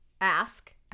Ask